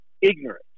ignorant